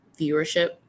viewership